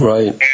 Right